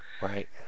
Right